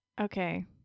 Okay